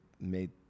made